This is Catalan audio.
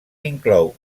inclou